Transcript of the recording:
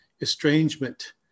estrangement